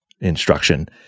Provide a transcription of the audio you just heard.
instruction